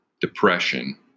depression